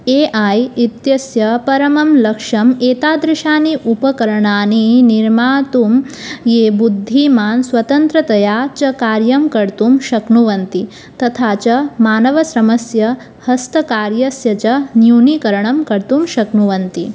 ए ऐ इत्यस्य परमं लक्ष्यम् एतादृशानि उपकरणानि निर्मातुं ये बुद्धिमान् स्वतन्त्रतया च कार्यं कर्तुं शक्नुवन्ति तथा च मानवश्रमस्य हस्तकार्यस्य च न्यूनीकरणं कर्तुं शक्नुवन्ति